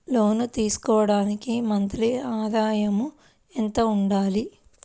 లోను తీసుకోవడానికి మంత్లీ ఆదాయము ఎంత ఉండాలి?